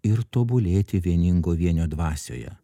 ir tobulėti vieningo vienio dvasioje